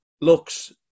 looks